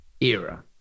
era